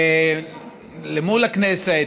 מול הכנסת,